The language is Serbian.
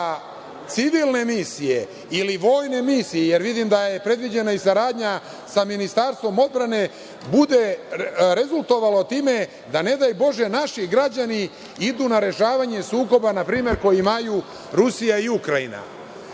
civilne misije ili vojne misije, jer vidim da je predviđena i saradnja sa Ministarstvom odbrane, bude rezultovalo time da ne daj bože naši građani idu na rešavanje sukoba koje npr. imaju Rusija i Ukrajina,